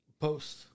post